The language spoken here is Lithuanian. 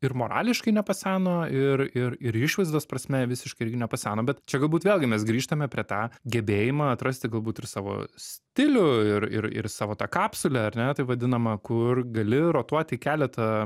ir morališkai nepaseno ir ir ir išvaizdos prasme visiškai irgi nepaseno bet čia galbūt vėlgi mes grįžtame prie tą gebėjimą atrasti galbūt ir savo stilių ir ir ir savo tą kapsulę ar ne taip vadinamą kur gali rotuoti keletą